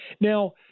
Now